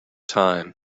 time